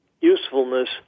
usefulness